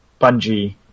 Bungie